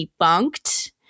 debunked